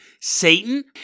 Satan